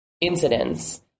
incidents